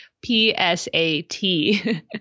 p-s-a-t